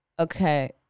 Okay